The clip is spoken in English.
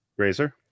Razer